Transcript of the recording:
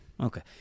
Okay